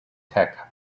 tech